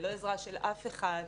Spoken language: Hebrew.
ללא עזרה של אף אחד.